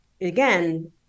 again